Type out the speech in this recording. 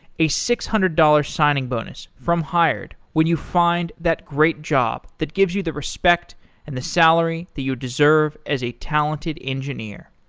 a six hundred dollars signing bonus from hired when you find that great job that gives you the respect and the salary that you deserve as a talented engineer.